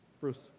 Bruce